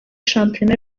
shampiyona